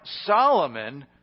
Solomon